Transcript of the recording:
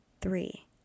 Three